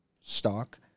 stock